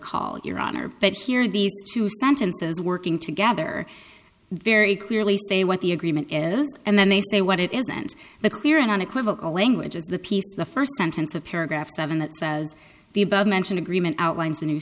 call your honor but here are these two sentences working together very clearly say what the agreement is and then they say what it is and the clear and unequivocal language is the piece the first sentence of paragraph seven that says the above mentioned agreement outlines